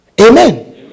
Amen